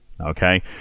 Okay